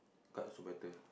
card also better